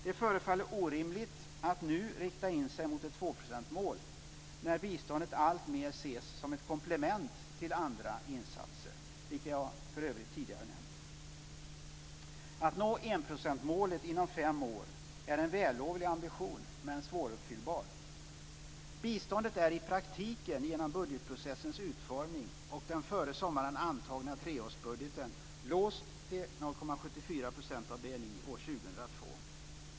Det förefaller orimligt att nu rikta in sig på ett tvåprocentsmål, när biståndet alltmer ses som ett komplement till andra insatser, vilka jag för övrigt tidigare har nämnt. Att nå enprocentsmålet inom fem år är en vällovlig men svåruppfyllbar ambition. Biståndet är i praktiken genom budgetprocessens utformning och den före sommaren antagna treårsbudgeten låst till 0,74 % av BNI år 2002.